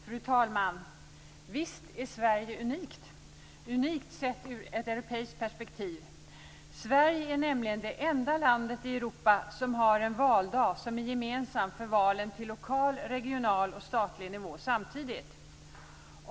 Fru talman! Visst är Sverige unikt, unikt sett ur ett europeiskt perspektiv. Sverige är nämligen det enda landet i Europa som har en gemensam valdag för valen på lokal, regional och statlig nivå.